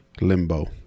limbo